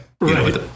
Right